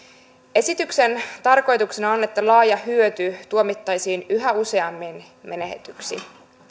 esityksen tarkoituksena on että laaja hyöty tuomittaisiin yhä useammin menetetyksi